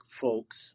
folks